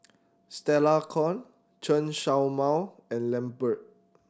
Stella Kon Chen Show Mao and Lambert